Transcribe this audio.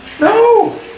no